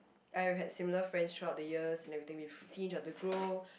I've had similar friends throughout the years and everything we've seen each other grow